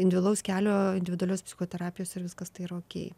individualaus kelio individualios psichoterapijos ir viskas tai yra okei